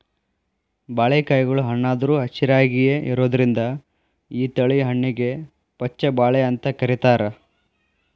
ಬಾಳಿಕಾಯಿಗಳು ಹಣ್ಣಾದ್ರು ಹಸಿರಾಯಾಗಿಯೇ ಇರೋದ್ರಿಂದ ಈ ತಳಿ ಹಣ್ಣಿಗೆ ಪಚ್ಛ ಬಾಳೆ ಅಂತ ಕರೇತಾರ